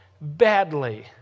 badly